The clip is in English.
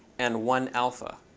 and one alpha.